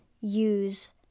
use